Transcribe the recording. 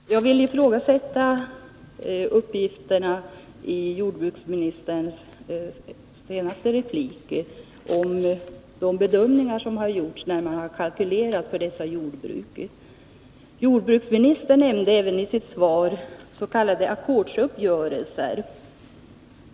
Herr talman! Jag vill ifrågasätta uppgifterna i jordbruksministerns senaste replik om de bedömningar som gjorts när man har kalkylerat för dessa jordbruk. I sitt svar nämnde jordbruksministern även s.k. ackordsuppgörelser.